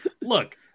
Look